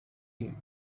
him